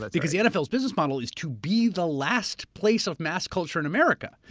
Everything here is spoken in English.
but because the and nfl's business model is to be the last place of mass culture in america.